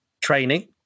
training